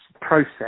process